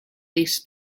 this